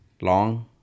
long